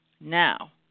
Now